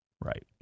Right